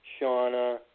Shauna